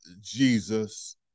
Jesus